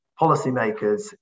policymakers